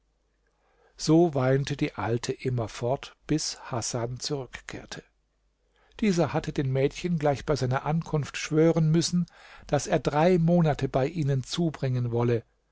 so weinte die alte immerfort bis hasan zurückkehrte dieser hatte den mädchen gleich bei seiner ankunft schwören müssen daß er drei monate bei ihnen zubringen wolle